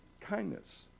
kindness